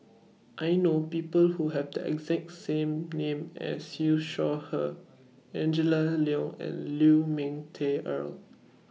I know People Who Have The exact name as Siew Shaw Her Angela Liong and Lu Ming Teh Earl